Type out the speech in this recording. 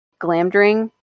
Glamdring